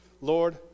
Lord